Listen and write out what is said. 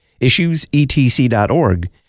issuesetc.org